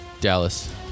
Dallas